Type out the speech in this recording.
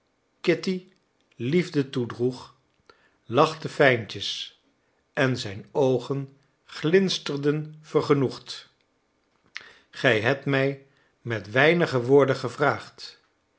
kitty liefde toedroeg lachte fijntjes en zijn oogen glinsterden vergenoegd gij hebt mij met weinige woorden gevraagd